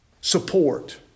Support